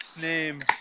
name